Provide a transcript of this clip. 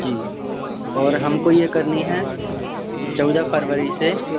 जी और हमको ये करनी है चौदह फरवरी से